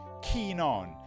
keenon